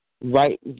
right